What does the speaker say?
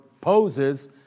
poses